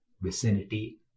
vicinity